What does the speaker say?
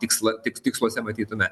tikslą tik tiksluose matytume